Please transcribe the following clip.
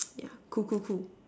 yeah cool cool cool